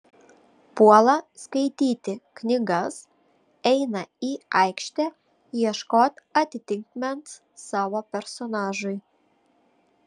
puola skaityti knygas eina į aikštę ieškot atitikmens savo personažui